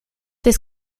this